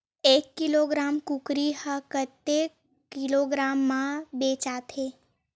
एक किलोग्राम कुकरी ह कतेक किलोग्राम म बेचाथे?